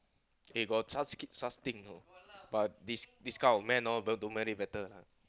eh got such thing such things you know but dis~ discount man all over don't married better